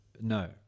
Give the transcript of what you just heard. no